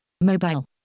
Mobile